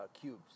cubes